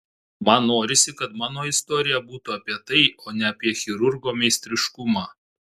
man norisi kad mano istorija būtų apie tai o ne apie chirurgo meistriškumą